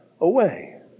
away